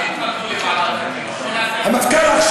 המפכ"ל,